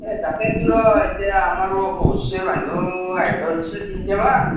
এই তাকেইটো ৰ' এতিয়া আমাৰো হৈছে মানুহ আহিবৰ তিনিটা মান